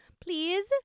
Please